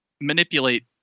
manipulate